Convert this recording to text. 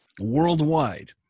worldwide